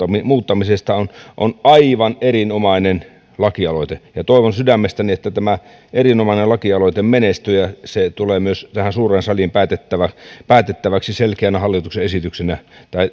muuttamisesta on on aivan erinomainen lakialoite ja toivon sydämestäni että tämä erinomainen laki aloite menestyy ja tulee myös tähän suureen saliin päätettäväksi päätettäväksi selkeänä hallituksen esityksenä